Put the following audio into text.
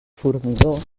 formigó